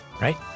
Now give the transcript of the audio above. right